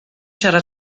siarad